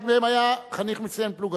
אחד מהם היה חניך מצטיין פלוגתי,